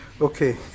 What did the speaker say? Okay